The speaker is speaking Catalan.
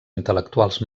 intel·lectuals